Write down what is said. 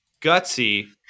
Gutsy